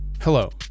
Hello